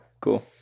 Cool